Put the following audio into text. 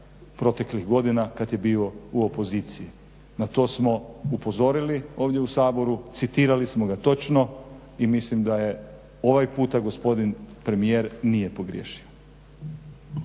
proteklih godina kad je bio u opoziciji. Na to smo upozorili ovdje u Saboru, citirali smo ga točno i mislim da je ovaj puta gospodin premijer nije pogriješio.